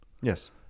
Yes